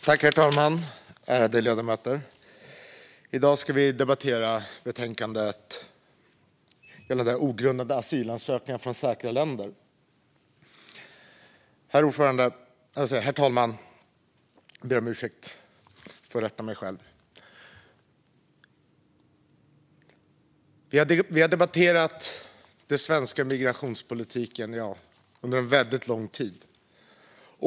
Herr talman och ärade ledamöter! I dag ska vi debattera betänkandet gällande ogrundade asylansökningar från säkra länder. Vi har debatterat den svenska migrationspolitiken under väldigt lång tid.